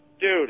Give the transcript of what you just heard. Dude